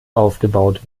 aufgebaut